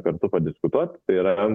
kartu padiskutuot tai yra